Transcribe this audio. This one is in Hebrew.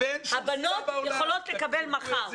הבנות יכולות לקבל מחר.